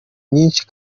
myinshi